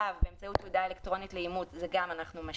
(ו), באמצעות תעודה אלקטרונית לאימות גם נשאר.